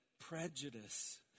prejudice